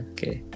Okay